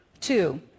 Two